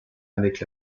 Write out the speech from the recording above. avec